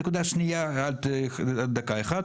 נקודה שנייה, עד דקה אחת